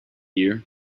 year